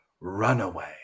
Runaway